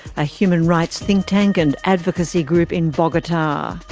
a human rights think tank and advocacy group in bogota.